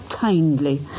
kindly